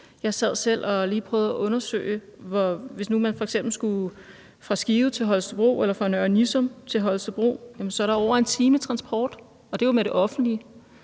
lige siddet og prøvet at undersøge det: Hvis nu f.eks. man skal fra Skive til Holstebro eller fra Nørre Nissum til Holstebro, er der over en times transport, og det er jo med det offentlige.